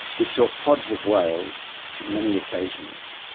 we saw pods of whales on many occasions.